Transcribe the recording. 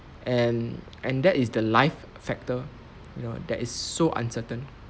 and and that is the life factor you know that is so uncertain